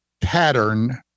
pattern